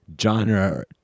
genre